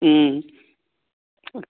ꯎꯝ